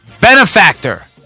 Benefactor